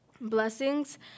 blessings